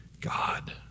God